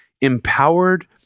empowered